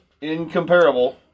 Incomparable